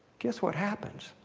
guess what happens?